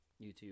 youtube